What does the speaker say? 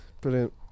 Brilliant